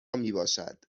میباشد